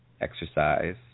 exercise